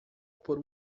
por